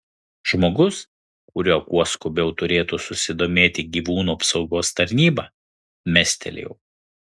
žmogus kuriuo kuo skubiau turėtų susidomėti gyvūnų apsaugos tarnyba mestelėjau